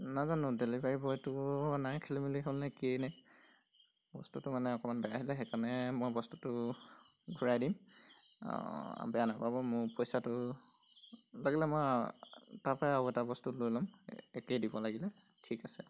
নাজানো ডেলিভাৰী বয়টোৰো অনাই খেলিমেলি হ'ল নে কিয়ে নে বস্তুটো মানে অকণমান বেয়া আহিলে সেইকাৰণে মই বস্তুটো ঘূৰাই দিম বেয়া নাপাব মোৰ পইচাটো লাগিলে মই তাৰপৰাই আৰু এটা বস্তু লৈ ল'ম একেই দিব লাগিলে ঠিক আছে